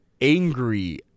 angry